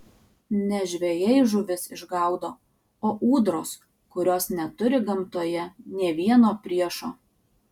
ne žvejai žuvis išgaudo o ūdros kurios neturi gamtoje nė vieno priešo